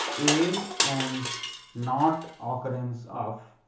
a, and not occurrence of